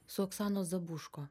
su oksanos zabuško